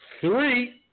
three